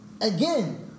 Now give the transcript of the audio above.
again